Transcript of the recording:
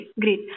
great